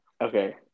okay